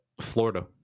Florida